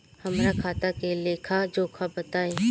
हमरा खाता के लेखा जोखा बताई?